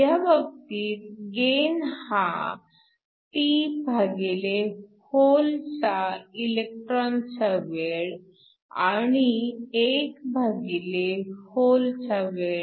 ह्या बाबतीत गेन हा τ भागिले होलचा इलेकट्रॉनचा वेळ आणि 1 भागिले होलचा वेळ